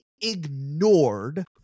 ignored